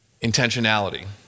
intentionality